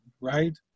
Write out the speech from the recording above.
right